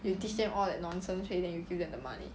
you teach them all that nonsense already then you give them the money